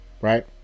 right